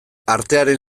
artearen